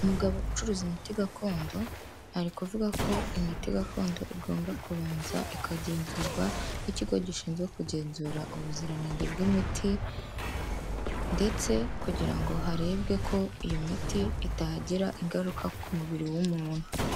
Umugabo ucuruza imiti gakondo, ari kuvuga ko imiti gakondo igomba kubanza ikagenzurwa n'ikigo gishinzwe kugenzura ubuziranenge bw'imiti ndetse kugira ngo harebwe ko iyo miti itagira ingaruka ku mubiri w'umuntu.